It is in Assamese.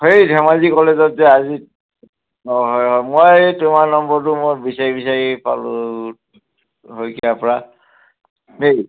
সেই ধেমাজি কলেজত যে আজি অঁ হয় হয় মই এই তোমাৰ নম্বৰটো মই বিচাৰি বিচাৰি পালোঁ শইকীয়াৰ পৰা দেই